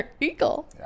eagle